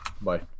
Bye